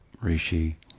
Rishi